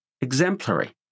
exemplary